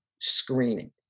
screening